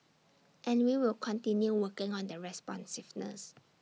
and we will continue working on the responsiveness